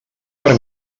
per